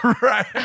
Right